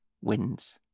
wins